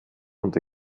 und